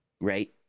right